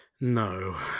No